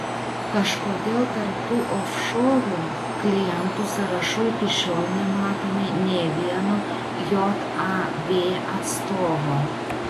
kažkodėl tarp tų ofšorų klientų sąrašų iki šiol nematome nė vieno jav atstovo